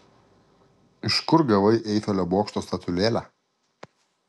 iš kur gavai eifelio bokšto statulėlę